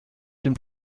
den